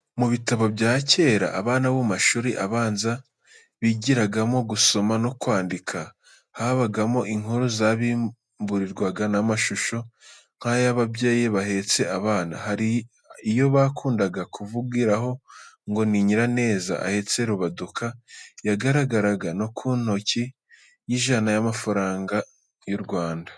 Mu bitabo bya kera abana bo mu mashuri abanza bigiragamo gusoma no kwandika, habagamo inkuru zabimburirwaga n'amashusho nk'aya y'ababyeyi bahetse abana, hari iyo bakundaga kuvugiraho ngo ni Nyiraneza ahetse Rubaduka, yagaragaraga no ku noti y'ijana y'amafaranga y'u Rwanda.